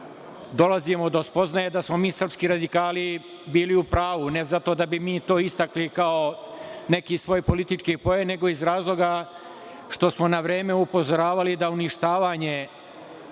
dolazimo do spoznaje da smo mi srpski radikali bili u pravu, ne zato da bi mi to istakli kao neki svoj politički poen, nego iz razloga što smo na vreme upozoravali da uništavanje